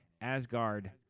Asgard